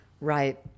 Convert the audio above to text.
Right